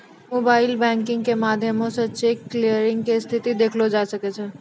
mobile banking के माध्यमो से चेक क्लियरिंग के स्थिति देखलो जाय सकै छै